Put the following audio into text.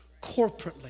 corporately